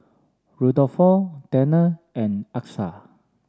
Rudolfo Tanner and Achsah